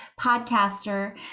podcaster